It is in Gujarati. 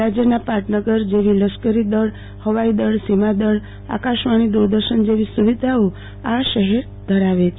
રાજયના પાટનગર જેવી લશ્કીર દળહવાઈ દળસીમા સુ રક્ષાદળઆકાશવાણીદુ રદર્શન જેવી સુ વિધાઓ આ શહેર ધરાવે છે